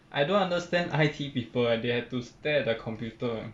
I don't understand I_T people eh they have to stare at the computer